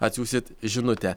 atsiųsit žinutę